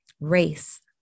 race